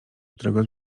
którego